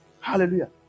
Hallelujah